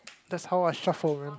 that's how I shuffle